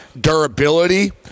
durability